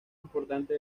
importante